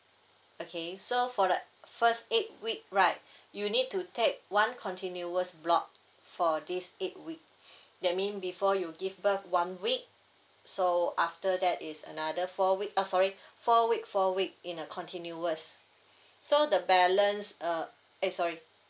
okay so for the first eight week right you need to take one continuous block for this eight week that mean before you give birth one week so after that it's another four week oh sorry four week four week in a continuous so the balance uh eh sorry